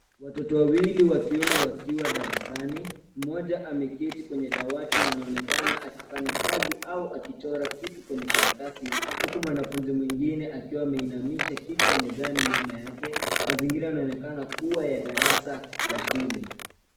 Watoto wawili wa kiume wakiwa darasani, mmoja ameketi kwenye dawati na anaonekana akifanya kazi au akichora kitu kwenye karatasi huku mwanafunzi mwingine akiwa ameinamisha kichwa mezani nyuma yake. Mazingira yanaonekana kuwa ya darasa la shule.